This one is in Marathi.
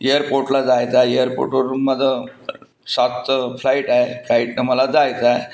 एयरपोर्टला जायचं आहे आहे एयरपोर्टवरून माझं सातचं फ्लाइट आहे फ्लाईटनं मला जायचं आहे